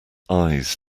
eyes